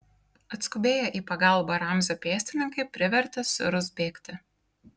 atskubėję į pagalbą ramzio pėstininkai privertė sirus bėgti